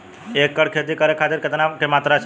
एक एकड़ खेती करे खातिर कितना पानी के मात्रा चाही?